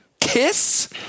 KISS